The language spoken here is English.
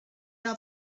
out